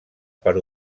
per